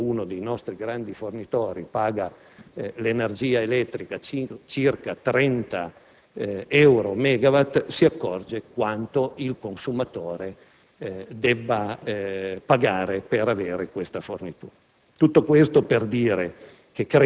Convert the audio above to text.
considera che la Francia, che è uno dei nostri grandi fornitori, paga l'energia elettrica circa 30 euro a megawatt, si accorgerà quanto il consumatore debba pagare per questa fornitura.